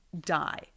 die